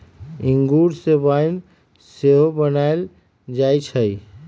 इंगूर से वाइन सेहो बनायल जाइ छइ